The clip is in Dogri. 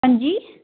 हंजी